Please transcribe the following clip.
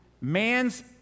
man's